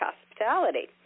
hospitality